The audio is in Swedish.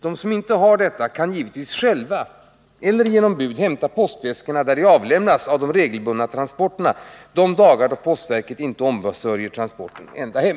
De som inte har detta kan givetvis själva eller genom bud hämta postväskorna där de avlämnas av de regelbundna transporterna de dagar då postverket inte ombesörjer transporten ända hem.